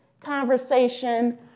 conversation